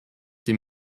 dem